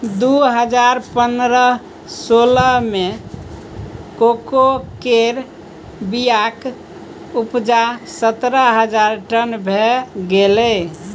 दु हजार पनरह सोलह मे कोको केर बीयाक उपजा सतरह हजार टन भए गेलै